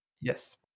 Yes